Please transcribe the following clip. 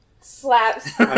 slaps